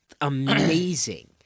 amazing